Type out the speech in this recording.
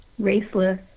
raceless